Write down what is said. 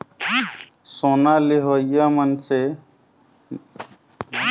सोना लेहोइया मइनसे मन कइयो बात ल सोंएच के सोना ल लेथे अउ ओम्हां निवेस करथे